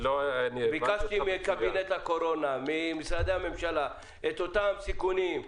ביקשתי מקבינט הקורונה וממשרדי הממשלה את אותם סיכונים,